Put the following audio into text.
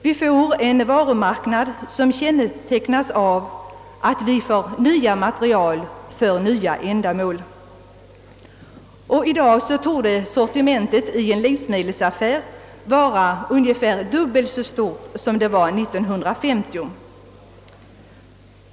Vi får en varumarknad som kännetecknas av nya material för nya ändamål. I dag torde sortimentet i en livsmedelsaffär vara ungefär dubbelt så stort som det var 1950.